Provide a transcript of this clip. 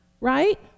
right